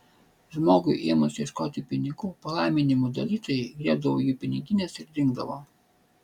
žmogui ėmus ieškoti pinigų palaiminimų dalytojai griebdavo jų pinigines ir dingdavo